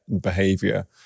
behavior